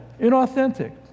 inauthentic